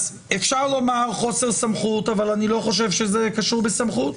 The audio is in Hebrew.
אפשר לומר חוסר סמכות אבל אני לא חושב שזה קשור בסמכות.